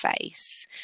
face